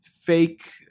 fake